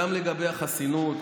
גם לגבי החסינות,